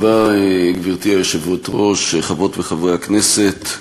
גברתי היושבת-ראש, תודה רבה, חברות וחברי הכנסת,